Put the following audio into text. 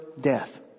death